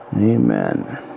Amen